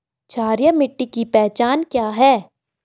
क्षारीय मिट्टी की पहचान क्या है?